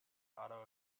auto